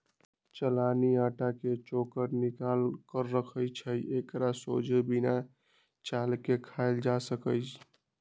चलानि अटा के चोकर निकालल रहै छइ एकरा सोझे बिना चालले खायल जा सकै छइ